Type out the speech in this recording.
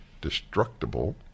destructible